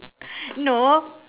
no